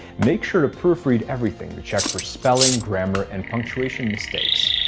make sure to proofread everything to check for spelling, grammar, and punctuation mistakes,